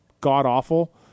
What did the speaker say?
god-awful